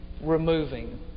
removing